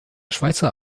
schweizer